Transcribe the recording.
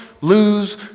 lose